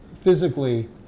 physically